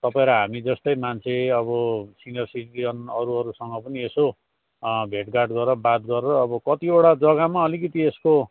तपाईँ र हामी जस्तै मान्छे अब सिनियर सिटिजन अरू अरूसँग पनि यसो भेटघाट गरेर बात गरेर अब कतिवटा जग्गामा अलिकति यसको